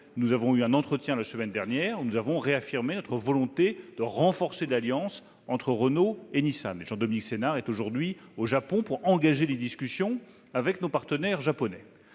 sur cette question, au cours duquel nous avons réaffirmé notre volonté de renforcer l'alliance entre Renault et Nissan. Jean-Dominique Senard est aujourd'hui au Japon pour engager les discussions avec nos partenaires japonais.